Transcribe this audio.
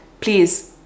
please